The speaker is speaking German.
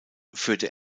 führte